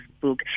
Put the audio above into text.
book